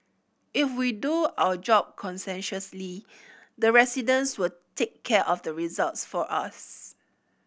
if we do our job conscientiously the residents will take care of the results for us